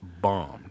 bombed